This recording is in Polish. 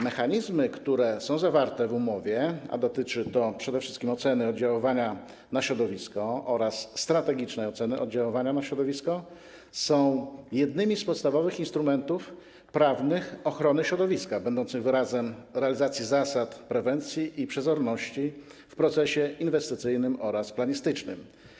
Mechanizmy, które są zawarte w umowie, a dotyczy to przede wszystkim oceny oddziaływania na środowisko oraz strategicznej oceny oddziaływania na środowisko, należą do podstawowych instrumentów prawnych ochrony środowiska, będących wyrazem realizacji zasad prewencji i przezorności w procesie inwestycyjnym oraz planistycznym.